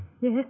Yes